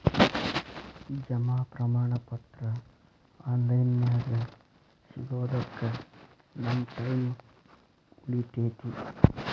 ಜಮಾ ಪ್ರಮಾಣ ಪತ್ರ ಆನ್ ಲೈನ್ ನ್ಯಾಗ ಸಿಗೊದಕ್ಕ ನಮ್ಮ ಟೈಮ್ ಉಳಿತೆತಿ